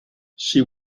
she